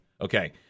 Okay